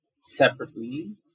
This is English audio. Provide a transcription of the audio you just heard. separately